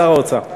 שר האוצר.